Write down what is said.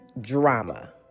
drama